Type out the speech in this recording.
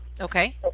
okay